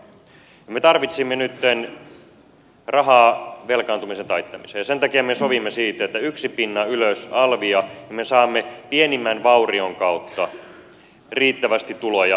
me tarvitsimme nyt rahaa velkaantumisen taittamiseen ja sen takia me sovimme siitä että yksi pinna ylös alvia niin me saamme pienimmän vaurion kautta riittävästi tuloja